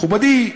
מכובדי,